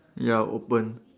ya open